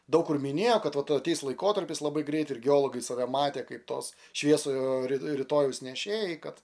daug kur minėjo kad va to ateis laikotarpis labai greit ir geologai save matė kaip tos šviesojo rytojaus nešėjai kad